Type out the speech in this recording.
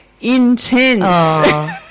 Intense